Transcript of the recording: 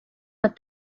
but